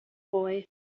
boy